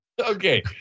Okay